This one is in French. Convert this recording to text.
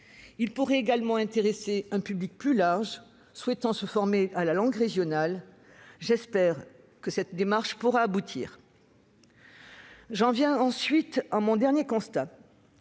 Il pourrait également intéresser un public plus large souhaitant se former à une langue régionale. J'espère que cette démarche pourra aboutir. J'en viens enfin à mon quatrième et